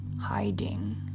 hiding